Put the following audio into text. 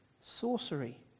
sorcery